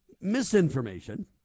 misinformation